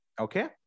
Okay